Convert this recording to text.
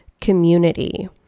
community